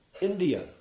India